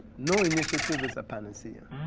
no initiative is a panacea.